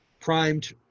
primed